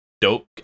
dope